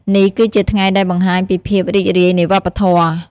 នេះគឺជាថ្ងៃដែលបង្ហាញពីភាពរីករាយនៃវប្បធម៌។